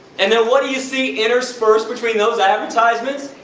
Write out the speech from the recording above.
and then what do you see interspersed between those advertisements?